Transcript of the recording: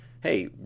hey